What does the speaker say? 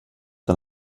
den